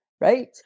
right